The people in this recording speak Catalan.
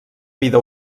vida